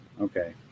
okay